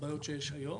לבעיות שיש היום